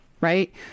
right